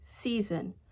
season